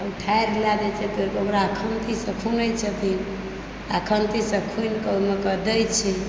ओ ठाढ़ि लए जाइत छै तोड़िकऽओकरा खुनतीसंँ खूनए छथिन आ खुनतीसंँ खुनिकऽ ओहिमे कऽदए छै